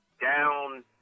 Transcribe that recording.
down